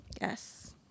Yes